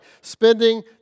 spending